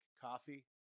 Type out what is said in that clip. coffee